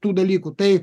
tų dalykų tai